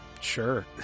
Sure